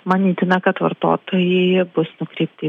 manytina kad vartotojai bus nukreipti į